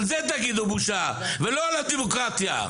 על זה תגידו בושה ולא על הדמוקרטיה.